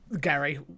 Gary